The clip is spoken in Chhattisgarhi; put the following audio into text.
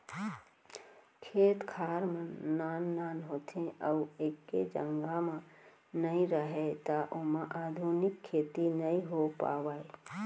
खेत खार मन नान नान होथे अउ एके जघा म नइ राहय त ओमा आधुनिक खेती नइ हो पावय